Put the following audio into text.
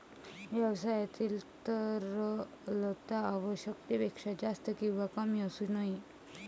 व्यवसायातील तरलता आवश्यकतेपेक्षा जास्त किंवा कमी असू नये